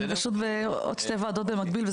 אני פשוט בעוד שתי ועדות במקביל,